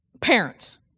parents